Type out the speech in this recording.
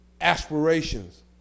aspirations